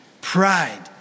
pride